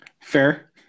fair